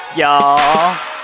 y'all